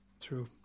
True